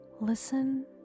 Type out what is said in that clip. Listen